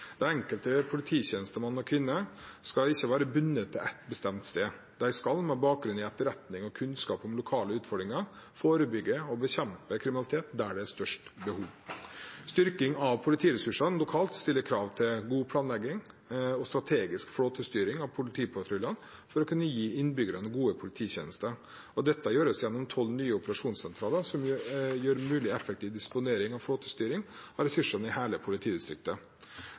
Den enkelte polititjenestemann og -kvinne skal ikke være bundet til ett bestemt sted. De skal, med bakgrunn i etterretning og kunnskap om lokale utfordringer, forebygge og bekjempe kriminalitet der det er størst behov. Styrking av politiressursene lokalt stiller krav til god planlegging og strategisk flåtestyring av politipatruljene for å kunne gi innbyggerne gode polititjenester. Dette gjøres gjennom tolv nye operasjonssentraler som gjør det mulig med effektiv disponering og flåtestyring av ressursene i hele politidistriktet,